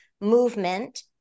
movement